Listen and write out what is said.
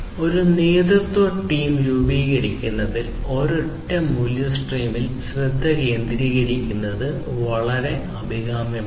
ഒരു നേതൃത്വ ടീം രൂപീകരിക്കുന്നതിൽ ഒരൊറ്റ മൂല്യ സ്ട്രീമിൽ ശ്രദ്ധ കേന്ദ്രീകരിക്കുന്നത് വളരെ അഭികാമ്യമാണ്